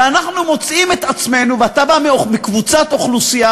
ואתה בא מקבוצת אוכלוסייה,